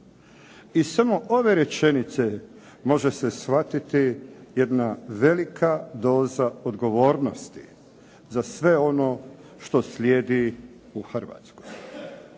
iz samo ove rečenice može se shvatiti jedna velika doza odgovornosti što slijedi u Hrvatskoj.